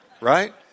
right